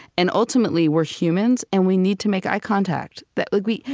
and ultimately, we're humans, and we need to make eye contact. that like we,